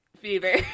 fever